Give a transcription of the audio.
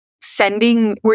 sending